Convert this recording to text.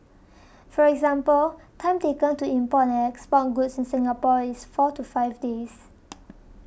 for example time taken to import and export goods in Singapore is four to five days